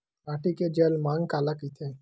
माटी के जलमांग काला कइथे?